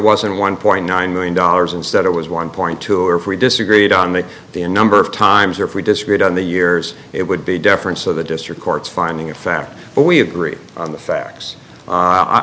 wasn't one point nine million dollars instead it was one point two or if we disagreed on the the a number of times or if we disagreed on the years it would be different so the district court's finding of fact we agree on the facts